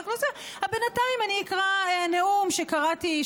הכנסת: בינתיים אני אקרא נאום שקראתי,